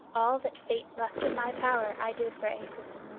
all that fate left in my power i did for acis.